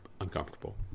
uncomfortable